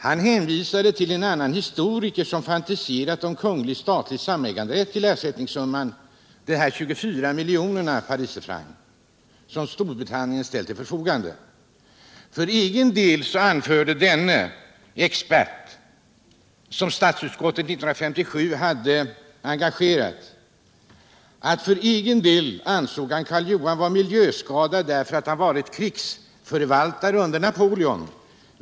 Han hänvisade till en annan historiker, som fantiserat om kunglig statlig samäganderätt till ersättningssumman på 24 miljoner pariserfrancs, som Storbritannien ställt till förfogande. För egen del anförde denne expert — som statsutskottet hade engagerat 1957 —att han ansåg att Karl Johan var miljöskadad därför att han varit krigsförvaltare under Napoleon.